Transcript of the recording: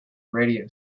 radio